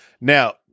Now